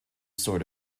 sort